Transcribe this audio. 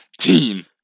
team